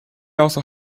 also